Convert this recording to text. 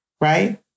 Right